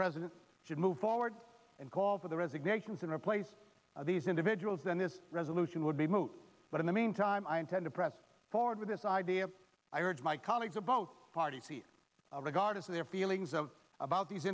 president should move forward and call for the resignations and replace of these individuals and this resolution would be moot but in the meantime i intend to press forward with this idea i urge my colleagues about parties regardless of their feelings about these